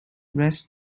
rest